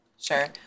Sure